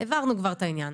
-- אבל הבהרנו כבר את העניין.